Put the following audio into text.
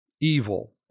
evil